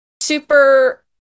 super